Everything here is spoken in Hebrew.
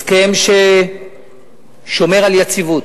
הסכם ששומר על יציבות.